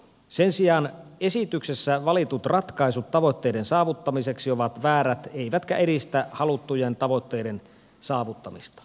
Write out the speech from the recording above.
sen sijaan esityksessä valitut ratkaisut tavoitteiden saavuttamiseksi ovat väärät eivätkä edistä haluttujen tavoitteiden saavuttamista